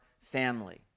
family